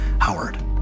Howard